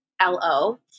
L-O